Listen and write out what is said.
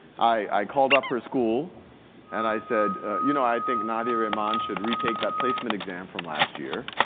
i called up her school and i said you know, i think nadia raymond should retake that placement exam from last year.